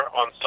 on